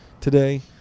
today